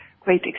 great